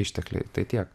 ištekliai tai tiek